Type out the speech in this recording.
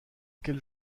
quel